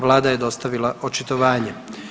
Vlada je dostavila očitovanje.